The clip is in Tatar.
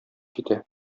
китә